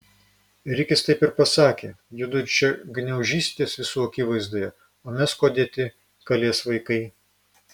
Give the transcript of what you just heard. rikis taip ir pasakė judu čia gniaužysitės visų akivaizdoje o mes kuo dėti kalės vaikai